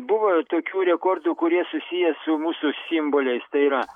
buvo tokių rekordų kurie susiję su mūsų simboliais tai yra